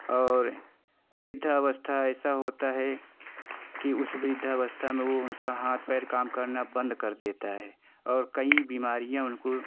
और वृद्धावस्था ऐसा होता है कि उस वृद्धावस्था में वो उनका हाथ पैर काम करना बंद कर देता है और कई बीमारियाँ उनको